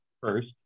first